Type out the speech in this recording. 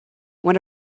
one